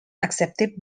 accepted